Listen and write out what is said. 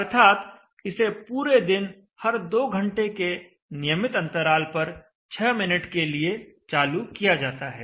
अर्थात इसे पूरे दिन हर 2 घंटे के नियमित अंतराल पर 6 मिनट के लिए चालू किया जाता है